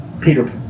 Peter